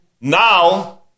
now